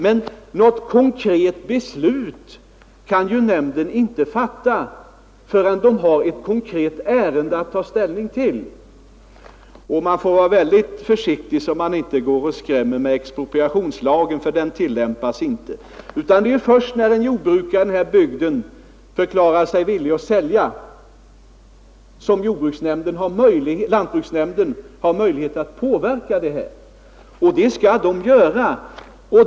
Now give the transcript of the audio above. Men något konkret beslut kan nämnden inte fatta förrän den har ett konkret ärende att ta ställning till. Man får vara mycket försiktig så att man inte skrämmer med expropriationslagen, ty den tillämpas inte. Det är först sedan en jordbrukare i denna bygd förklarat sig villig att sälja som lantbruksnämnden har möjlighet att påverka försäljningen, och det skall den göra.